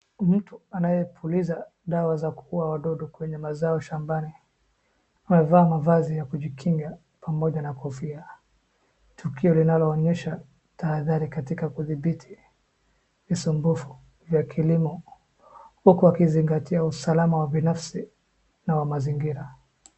Mtu anayepuliza dawa za kuua wadudu kwenye mazao shambani amevaa mavazi ya kujikinga pamoja na kofia, tukio linaoonyesha tahadhari katika kudhibiti visumbufu vya kilimo huku akizingatia usalama wa binafsi na wa mazingira.